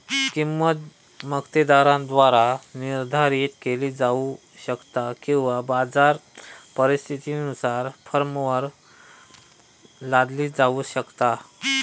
किंमत मक्तेदाराद्वारा निर्धारित केली जाऊ शकता किंवा बाजार परिस्थितीनुसार फर्मवर लादली जाऊ शकता